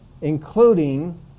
including